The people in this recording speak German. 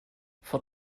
vor